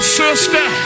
sister